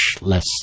less